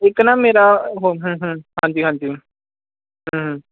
ਇੱਕ ਨਾ ਮੇਰਾ ਹਾਂਜੀ ਹਾਂਜੀ